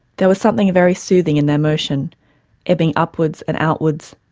there was something very soothing in their motion ebbing upwards and outwards,